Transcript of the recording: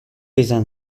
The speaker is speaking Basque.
izan